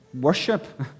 worship